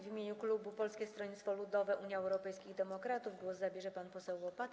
W imieniu klubu Polskiego Stronnictwa Ludowego - Unii Europejskich Demokratów głos zabierze pan poseł Łopata.